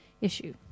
issue